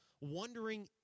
wondering